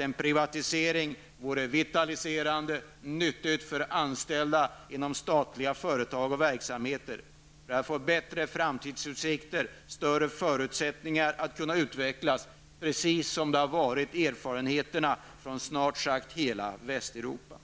En privatisering vore vitaliserande och nyttig för anställda inom statliga företag och verksamheter. De skulle få bättre framtidsutsikter och större förutsättning att kunna utvecklas, precis som erfarenheterna har visat från snart sagt hela Västeuropa.